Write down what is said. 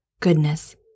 Goodness